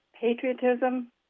patriotism